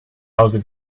hause